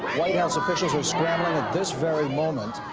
white house officials are scrambling at this very moment,